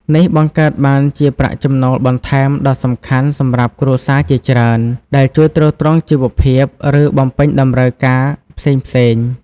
នេះបង្កើតបានជាប្រាក់ចំណូលបន្ថែមដ៏សំខាន់សម្រាប់គ្រួសារជាច្រើន ដែលជួយទ្រទ្រង់ជីវភាព ឬបំពេញតម្រូវការផ្សេងៗ។